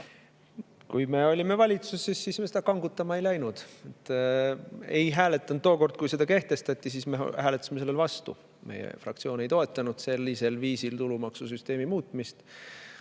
Kui me olime valitsuses, siis me seda kangutama ei läinud. Ei hääletanud. Tookord, kui see kehtestati, siis me hääletasime sellele vastu. Meie fraktsioon ei toetanud sellisel viisil tulumaksusüsteemi muutmist.